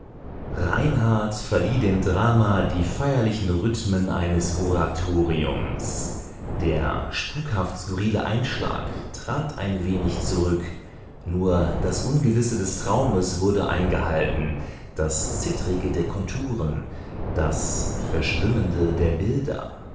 reinhardt verlieh dem drama die feierlichen rhythmen eines oratoriums der spukhaft-skurrile einschlag trat ein wenig zurück nur das ungewisse des traumes wurde eingehalten das zittrige der konturen das verschwimmende der bilder